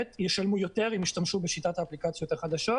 ישלמו יותר אם ישתמשו בשיטת האפליקציות החדשות,